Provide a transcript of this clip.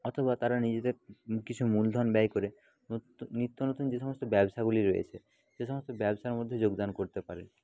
অথবা তারা নিজেদের কিছু মূলধন ব্যয় করে নিত্য নতুন যে সমস্ত ব্যবসাগুলি রয়েছে সে সমস্ত ব্যবসার মধ্যে যোগদান করতে পারে